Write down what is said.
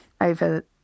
over